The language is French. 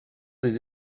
des